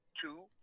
two